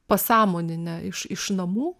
pasąmoninę iš iš namų